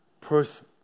person